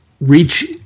reach